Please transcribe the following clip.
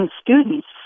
students